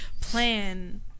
plan